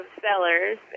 sellers